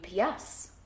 ups